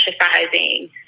exercising